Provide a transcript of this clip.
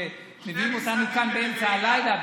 שמביאים אותנו כאן באמצע הלילה,